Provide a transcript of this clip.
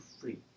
free